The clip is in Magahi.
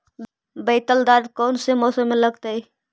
बैतल दाल कौन से मौसम में लगतैई?